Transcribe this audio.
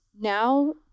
now